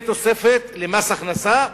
זו תוספת למס הכנסה,